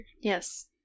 Yes